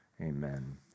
Amen